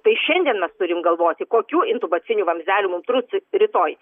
tai šiandien mes turim galvoti kokių intubacinių vamzdelių mums trūks rytoj